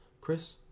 Chris